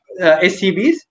SCBs